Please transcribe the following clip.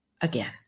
again